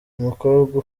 umukobwa